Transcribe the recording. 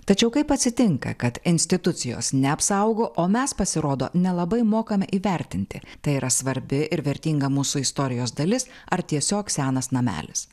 tačiau kaip atsitinka kad institucijos neapsaugo o mes pasirodo nelabai mokame įvertinti tai yra svarbi ir vertinga mūsų istorijos dalis ar tiesiog senas namelis